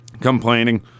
complaining